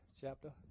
chapter